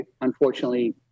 unfortunately